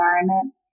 environment